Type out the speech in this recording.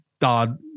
God